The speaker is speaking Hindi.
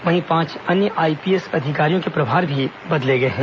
वहीं पांच अन्य आईपीएस अधिकारियों के प्रभार भी बदले गए हैं